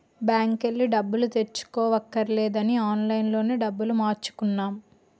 బాంకెల్లి డబ్బులు తెచ్చుకోవక్కర్లేదని ఆన్లైన్ లోనే డబ్బులు మార్చుకున్నాం